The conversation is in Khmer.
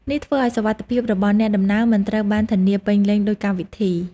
នេះធ្វើឱ្យសុវត្ថិភាពរបស់អ្នកដំណើរមិនត្រូវបានធានាពេញលេញដូចកម្មវិធី។